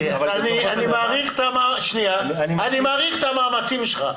אני מעריך את המאמצים שלך.